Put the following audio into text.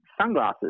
sunglasses